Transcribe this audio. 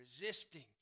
resisting